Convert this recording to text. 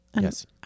Yes